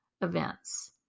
events